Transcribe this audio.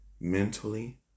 mentally